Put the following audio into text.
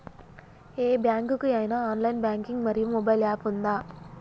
ఏ bank కి ఐనా online banking మరియు మొబైల్ యాప్ ఉందా?